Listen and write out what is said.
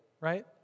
right